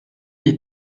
bir